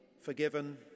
forgiven